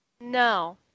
No